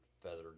feathered